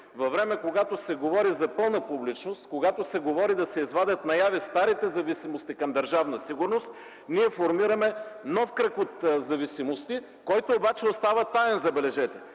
във време, когато се говори за пълна публичност и да се извадят наяве старите зависимости към Държавна сигурност, ние формираме нов кръг от зависимости, който обаче остава таен, забележете,